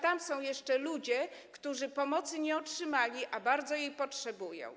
Tam są jeszcze ludzie, którzy pomocy nie otrzymali, a bardzo jej potrzebują.